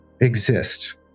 exist